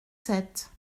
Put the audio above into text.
sept